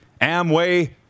Amway